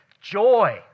joy